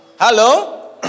Hello